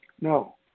No